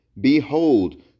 Behold